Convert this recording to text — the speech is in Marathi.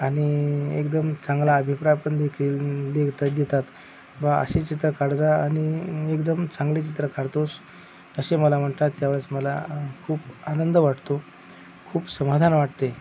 आणि एकदम चांगला अभिप्राय पण देखील दे देतात किंवा असे चित्र काढा आणि एकदम चांगले चित्र काढतोस असे मला म्हणतात त्यावेळेस मला खूप आनंद वाटतो खूप समाधान वाटते